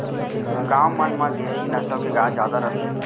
गॉँव मन म देसी नसल के गाय जादा रथे